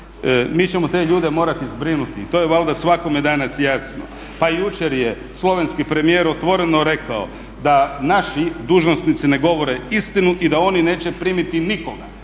Mi ćemo te ljude morati zbrinuti i to je valjda svakome danas jasno. Pa jučer je slovenski premijer otvoreno rekao da naši dužnosnici ne govore istinu i da oni neće primiti nikoga.